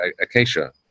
acacia